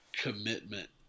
commitment